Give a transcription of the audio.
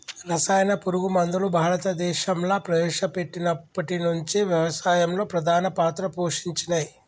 రసాయన పురుగు మందులు భారతదేశంలా ప్రవేశపెట్టినప్పటి నుంచి వ్యవసాయంలో ప్రధాన పాత్ర పోషించినయ్